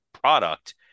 product